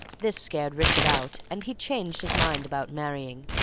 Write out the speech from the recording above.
this scared richard out, and he changed his mind about marrying,